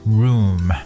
room